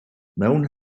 mewn